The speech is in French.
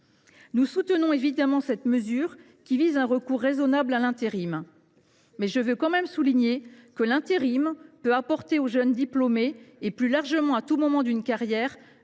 Nous soutenons évidemment cette mesure, qui vise un recours raisonnable à l’intérim. Je souligne néanmoins que l’intérim peut apporter aux jeunes diplômés, et plus largement à tout moment d’une carrière,